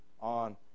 on